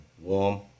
Warm